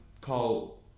call